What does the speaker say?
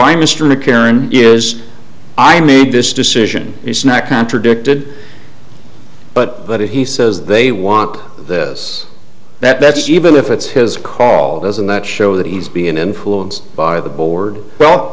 by mr mclaren is i made this decision he's not contradicted but what he says they want this that that's even if it's his call doesn't that show that he's being influenced by the board well